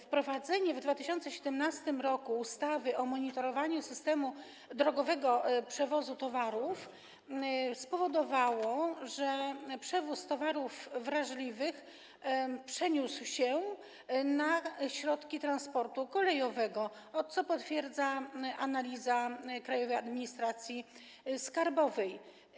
Wprowadzenie w 2017 r. ustawy o monitorowaniu systemu drogowego przewozu towarów spowodowało, że przewóz towarów wrażliwych przeniósł się na środki transportu kolejowego, co potwierdza analiza Krajowej Administracji Skarbowej.